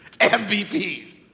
MVPs